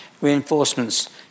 Reinforcements